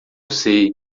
sei